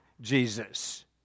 Jesus